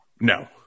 No